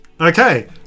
Okay